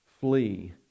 flee